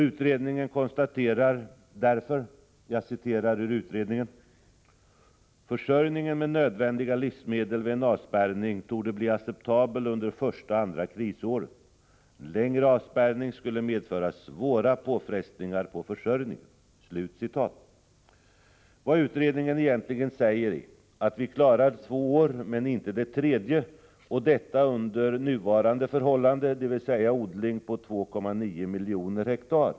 Utredningen konstaterar därför: ”Försörjningen med nödvändiga livsmedel vid en avspärrning torde bli acceptabel under första och andra krisåret. En längre avspärrning skulle medföra svåra påfrestningar på försörjningen.” Vad utredningen egentligen säger är att vi klarar två år men inte det tredje, och detta är under nuvarande förhållanden, dvs. med odling på 2,9 miljoner hektar.